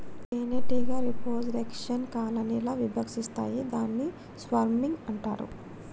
తేనెటీగ reproduction colony ల విభజిస్తాయి దాన్ని స్వర్మింగ్ అంటారు